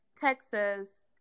Texas